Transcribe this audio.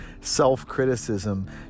self-criticism